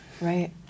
right